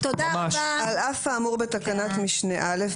"על אף האמור בתקנת משנה (א),